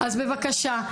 אז בבקשה,